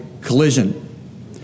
collision